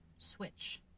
Switch